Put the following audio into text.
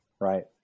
right